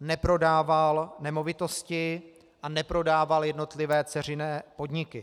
neprodával nemovitosti a neprodával jednotlivé dceřiné podniky.